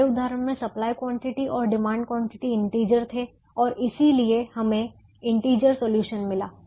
हमारे उदाहरण में सप्लाई क्वांटिटी और डिमांड क्वांटिटी इंटीजर थे और इसलिए हमें इंटीजर सॉल्यूशन मिला